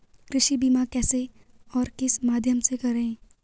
कृषि बीमा कैसे और किस माध्यम से करें?